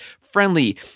friendly